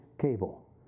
cable